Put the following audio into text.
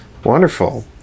Wonderful